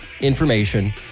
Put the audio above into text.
information